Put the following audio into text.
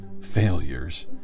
failures